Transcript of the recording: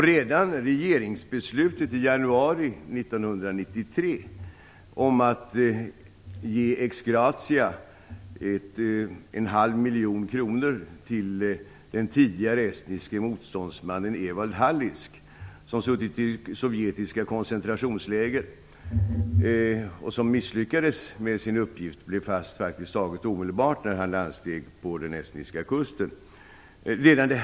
Redan regeringsbeslutet i januari 1993 om att ex gratia ge en halv miljon kronor till den tidigare estniske motståndsmannen Evald Hallisk innebar ett erkännande från svensk sida att verksamhet av det här slaget hade ägt rum. Evald Han misslyckades med sin uppgift. Han blev fast praktiskt taget omedelbart när han landsteg på den estniska kusten.